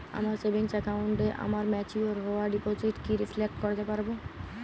আমার সেভিংস অ্যাকাউন্টে আমার ম্যাচিওর হওয়া ডিপোজিট কি রিফ্লেক্ট করতে পারে?